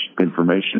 information